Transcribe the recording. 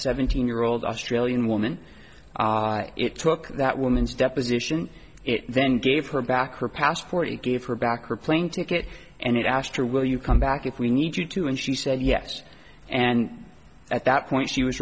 seventeen year old australian woman it took that woman's deposition it then gave her back her passport he gave her back her plane ticket and it asked her will you come back if we need you to and she said yes and at that point she was